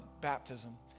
baptism